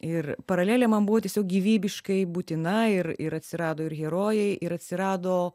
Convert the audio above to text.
ir paralelė man buvo tiesiog gyvybiškai būtina ir ir atsirado ir herojai ir atsirado